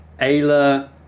Ayla